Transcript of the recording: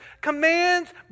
commands